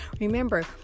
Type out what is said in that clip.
remember